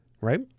Right